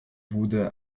wurde